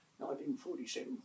1947